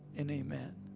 and amen.